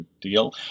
deal